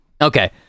Okay